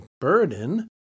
burden